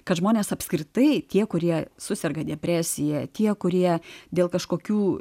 kad žmonės apskritai tie kurie suserga depresija tie kurie dėl kažkokių